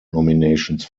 nominations